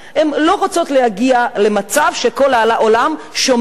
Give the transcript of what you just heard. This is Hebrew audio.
הן לא רוצות להגיע למצב שכל העולם שומע